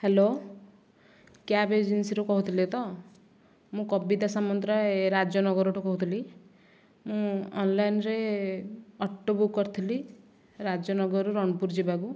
hello cab ଏଜେନ୍ସିରୁ କହୁଥିଲେ ତ ମୁଁ କବିତା ସାମନ୍ତରାୟ ରାଜନଗରରୁ କହୁଥିଲି ମୁଁ ଅନଲାଇନରେ ଅଟୋ ବୁକ୍ କରିଥିଲି ରାଜନଗରରୁ ରଣପୁର ଯିବାକୁ